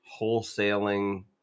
wholesaling